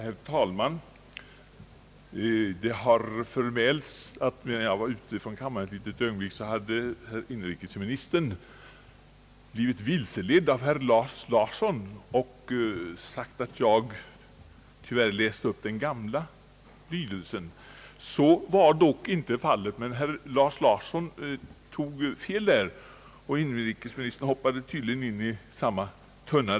Herr talman! Det har förmälts att, medan jag var ute från kammaren ett litet ögonblick, inrikesministern blivit vilseledd av herr Lars Larsson och sagt att jag tyvärr läste upp den gamla lydelsen av lagtexten. Så var dock inte fallet. Herr Lars Larsson tog fel på den punkten och inrikesministern hoppade i samma galna tunna.